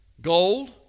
Gold